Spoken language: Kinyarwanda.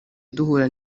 duhura